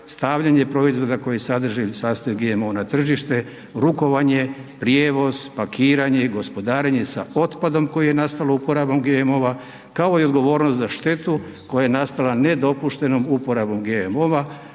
stavljanje proizvoda koji sadrže ili se sastoje od GMO-a na tržište, rukovanje, prijevoz, pakiranje i gospodarenje sa otpadom koji je nastalo uporabom GMO-a, kao i odgovornost za štetu koja je nastala nedopuštenom uporabom GMO-a,